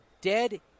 dead